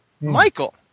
Michael